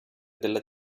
della